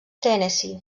tennessee